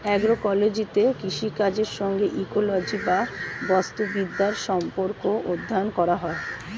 অ্যাগ্রোইকোলজিতে কৃষিকাজের সঙ্গে ইকোলজি বা বাস্তুবিদ্যার সম্পর্ক অধ্যয়ন করা হয়